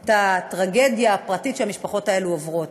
את הטרגדיה הפרטית שהמשפחות האלה עוברות: